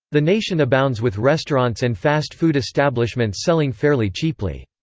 the nation abounds with restaurants and fast food establishments selling fairly cheaply.